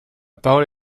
parole